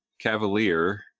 cavalier